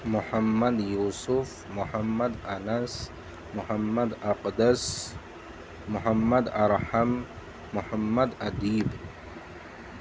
Muhammad Yusuf Muhammad Anas Muhammad Aqdas Muhammad Arham Muhammad Adeeb